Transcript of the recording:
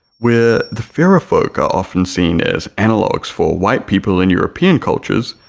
where the fairer folk are often seen as analogues for white people and european cultures,